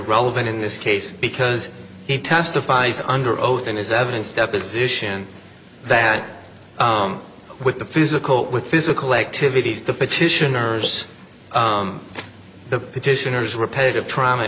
relevant in this case because he testifies under oath in his evidence deposition that with the physical with physical activities the petitioners the petitioner's repetitive trauma